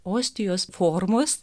ostijos formos